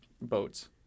boats